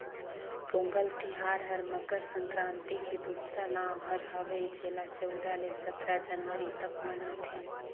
पोगंल तिहार हर मकर संकरांति के दूसरा नांव हर हवे जेला चउदा ले सतरा जनवरी तक मनाथें